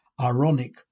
ironic